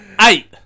eight